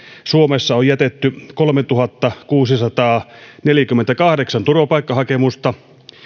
suomessa on jätetty kolmetuhattakuusisataaneljäkymmentäkahdeksan turvapaikkahakemusta